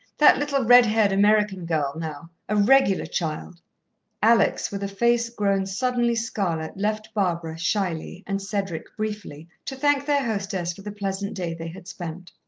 that little, red-haired american girl, now a regular child alex, with a face grown suddenly scarlet, left barbara, shyly, and cedric, briefly, to thank their hostess for the pleasant day they had spent.